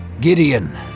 Gideon